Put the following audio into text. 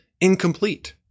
incomplete